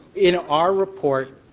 in our report,